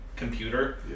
computer